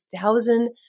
thousand